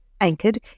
Anchored